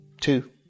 two